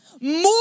more